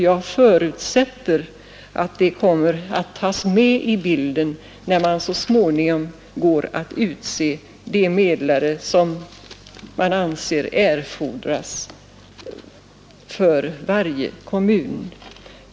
Jag förutsätter att detta kommer att tas med i bilden när man så småningom går att utse de medlare som erfordras för varje kommun.